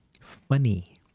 funny